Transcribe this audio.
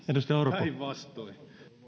päinvastoin